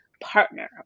partner